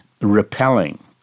repelling